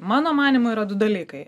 mano manymu yra du dalykai